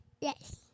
Yes